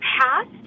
past